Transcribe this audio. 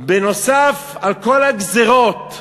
נוסף על כל הגזירות,